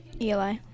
ELI